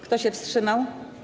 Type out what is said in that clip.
Kto się wstrzymał?